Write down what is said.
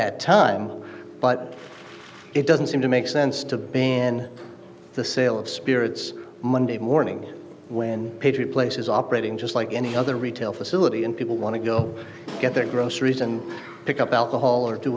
that time but it doesn't seem to make sense to ban the sale of spirits monday morning when patriot place is operating just like any other retail facility and people want to go get their groceries and pick up alcohol or do